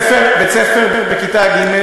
ספר לכיתה ג'.